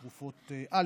אה,